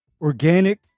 organic